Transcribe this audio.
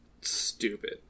stupid